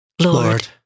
Lord